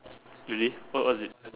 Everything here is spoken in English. really what what is it